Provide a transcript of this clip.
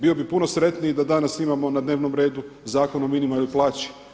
Bio bi puno sretniji da danas imamo na dnevnom redu Zakon o minimalnoj plaći.